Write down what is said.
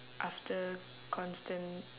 after constant